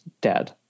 dead